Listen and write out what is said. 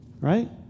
right